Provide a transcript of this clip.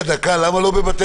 לא, בבתי